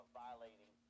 violating